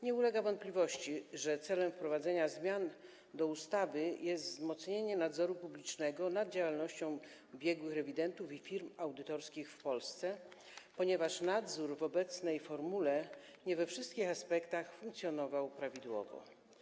Nie ulega wątpliwości, że celem wprowadzenia zmian do ustawy jest wzmocnienie nadzoru publicznego nad działalnością biegłych rewidentów i firm audytorskich w Polsce, ponieważ nadzór w obecnej formule nie we wszystkich aspektach funkcjonował prawidłowo.